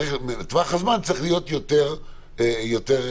שטווח הזמן צריך להיות יותר קצר.